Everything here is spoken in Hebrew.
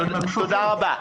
תודה רבה.